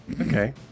Okay